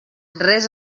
res